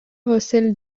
recèle